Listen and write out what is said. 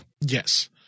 Yes